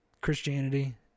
Christianity